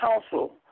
council